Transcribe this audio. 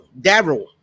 Daryl